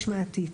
משמעתית.